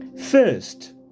First